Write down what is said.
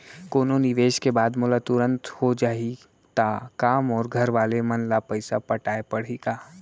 कोनो निवेश के बाद मोला तुरंत हो जाही ता का मोर घरवाले मन ला पइसा पटाय पड़ही का?